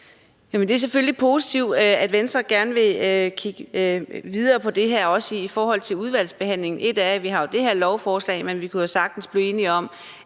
Det er selvfølgelig positivt, at Venstre gerne vil kigge videre på det her, også i udvalgsbehandlingen. Ét er, at vi jo har det her lovforslag, men vi kunne også sagtens blive enige om